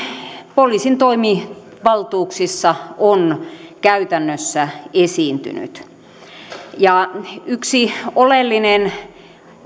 poliisin toimivaltuuksissa on käytännössä esiintynyt yksi oleellinen